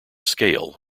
scale